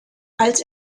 als